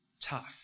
tough